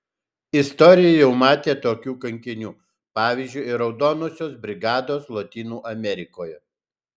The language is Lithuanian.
istorija jau matė tokių kankinių pavyzdžiui raudonosios brigados lotynų amerikoje